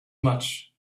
much